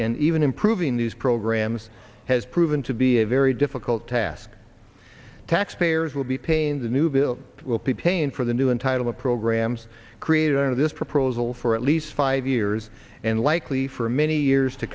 and even improving these programs has proven to be a very difficult task taxpayers will be paying the new bill will be paying for the new entitlement programs created under this proposal for at least five years and likely for many years to